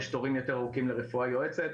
יש תורים יותר ארוכים לרפואה יועצת.